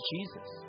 Jesus